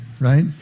right